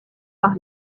par